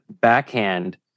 backhand